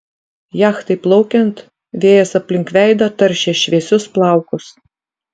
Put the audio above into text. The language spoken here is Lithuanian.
jachtai plaukiant vėjas aplink veidą taršė šviesius plaukus